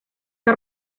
que